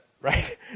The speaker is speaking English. right